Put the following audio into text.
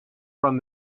from